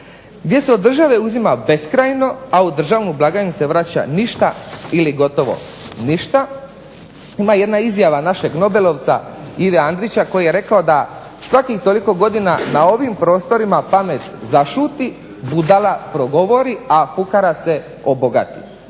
gdje se od države uzima beskrajno a u državnu blagajnu se vraća ništa ili gotovo ništa. Ima jedna izjava našeg nobelovca Ive Andrića koji je rekao da "Svakih toliko godina na ovim prostorima pamet zašuti, budala progovori, a fukara se obogati".